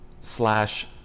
slash